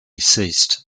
ceased